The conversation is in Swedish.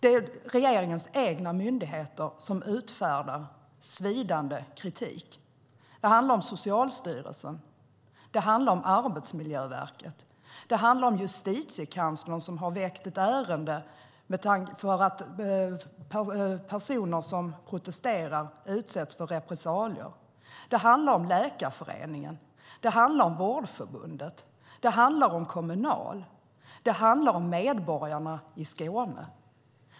Det är regeringens egna myndigheter som utfärdar svidande kritik. Det handlar om Socialstyrelsen, det handlar om Arbetsmiljöverket, det handlar om Justitiekanslern, som har väckt ett ärende för att personer som protesterar utsätts för repressalier, det handlar om Läkarföreningen, det handlar om Vårdförbundet, det handlar om Kommunal och det handlar om medborgarna i Skåne.